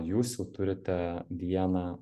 jūs jau turite vieną